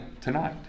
tonight